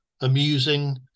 amusing